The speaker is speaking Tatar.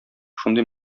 шундый